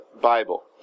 Bible